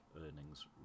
earnings